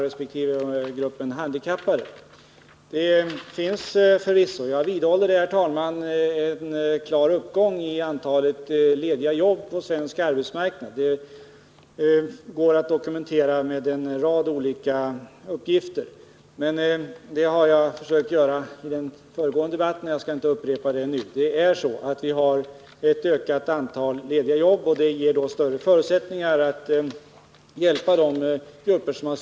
Det är förvisso — jag vidhåller det, herr talman — en klar uppgång i antalet lediga jobb på svensk arbetsmarknad. Detta går att dokumentera med en rad olika uppgifter. Det har jag försökt göra i den föregående debatten, och jag skall inte upprepa det nu. Vi har ett ökat antal lediga jobb, och det ger oss större förutsättningar att hjälpa de grupper, inkl.